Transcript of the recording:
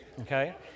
Okay